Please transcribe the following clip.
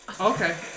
Okay